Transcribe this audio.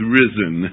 risen